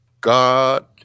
God